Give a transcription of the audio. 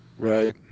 right